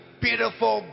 beautiful